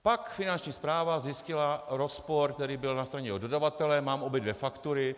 Pak Finanční správa zjistila rozpor, který byl na straně dodavatele, mám obě dvě faktury.